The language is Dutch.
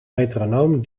metronoom